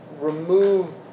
remove